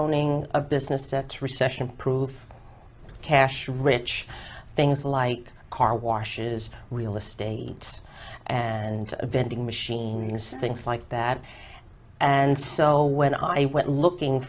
owning a business at recession proof cash rich things like car washes real estate and vending machines things like that and so when i went looking